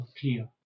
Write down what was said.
clear